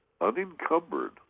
unencumbered